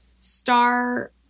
Star